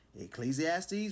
Ecclesiastes